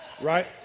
Right